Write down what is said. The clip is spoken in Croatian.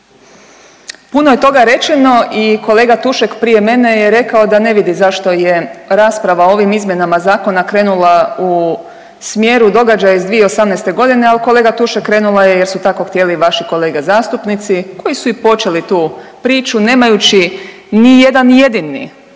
Puno je toga rečeno i kolega Tušek prije mene je rekao da ne vidi zašto je rasprava o ovim izmjenama zakona krenula u smjeru događaja iz 2018.g., ali kolega Tušek krenula je jer su tako htjeli vaši kolege zastupnici koji su i počeli tu priču nemajući nijedan jedini,